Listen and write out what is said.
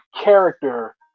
character